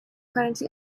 currently